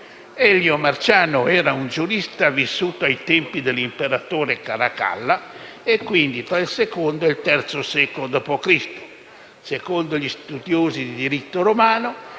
Elio Marciano era un giurista vissuto ai tempi dell'imperatore Caracalla e, quindi, tra il II e il III secolo dopo Cristo. Secondo gli studiosi di diritto romano,